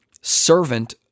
servant